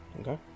Okay